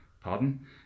Pardon